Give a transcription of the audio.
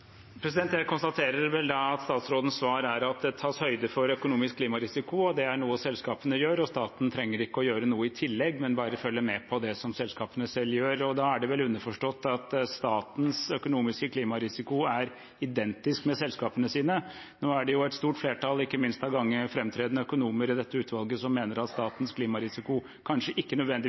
Jeg konstaterer vel da at statsrådens svar er at det tas høyde for økonomisk klimarisiko, det er noe selskapene gjør, og staten trenger ikke å gjøre noe i tillegg, men bare følge med på det som selskapene selv gjør. Da er det vel underforstått at statens økonomiske klimarisiko er identisk med selskapenes. Nå er det jo et stort flertall, ikke minst mange framtredende økonomer i dette utvalget, som mener at statens klimarisiko kanskje ikke nødvendigvis er